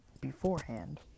beforehand